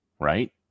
right